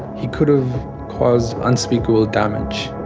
he could have caused unspeakable damage.